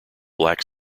black